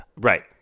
right